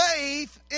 faith